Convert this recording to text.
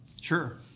Sure